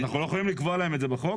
אנחנו לא יכולים לקבוע להם את זה בחוק?